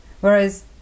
Whereas